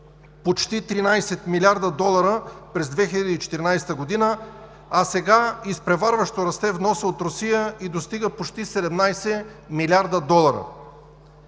почти 13 млрд. долара през 2014 г., а сега изпреварващо расте вносът от Русия и достига почти 17 млрд. долара.